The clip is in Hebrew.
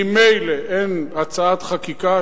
ממילא אין הצעת חקיקה,